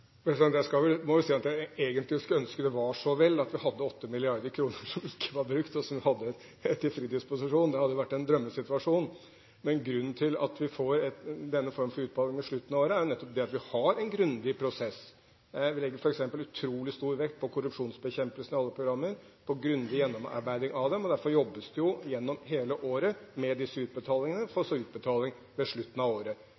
Jeg må si at jeg egentlig skulle ønske at det var så vel at vi hadde 8 mrd. kr som ikke var brukt, og som vi hadde til fri disposisjon. Det hadde vært en drømmesituasjon. Men grunnen til at vi får denne formen for utbetaling ved slutten av året, er nettopp at vi har en grundig prosess. Vi legger f.eks. stor vekt på korrupsjonsbekjempelse i alle programmer og har en grundig gjennomarbeiding av dem. Derfor jobbes det gjennom hele året med disse utbetalingene, for så å utbetale ved slutten av året.